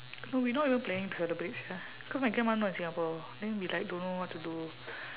no we not even planning to celebrate sia because my grandma not in singapore then we like don't know what to do